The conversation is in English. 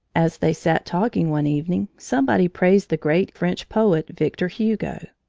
as they sat talking one evening, somebody praised the great french poet, victor hugo.